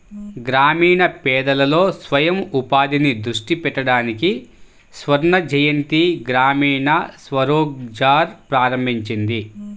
గ్రామీణ పేదలలో స్వయం ఉపాధిని దృష్టి పెట్టడానికి స్వర్ణజయంతి గ్రామీణ స్వరోజ్గార్ ప్రారంభించింది